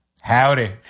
howdy